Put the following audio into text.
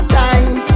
time